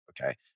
Okay